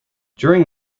during